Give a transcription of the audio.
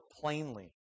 plainly